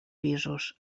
pisos